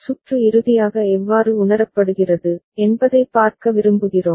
சுற்று இறுதியாக எவ்வாறு உணரப்படுகிறது என்பதைப் பார்க்க விரும்புகிறோம்